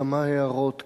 כמה הערות קצרות: